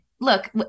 look